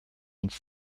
uns